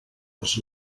les